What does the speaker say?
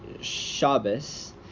shabbos